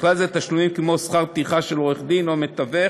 ובכלל זה תשלומים כמו שכר טרחה של עורך דין או מתווך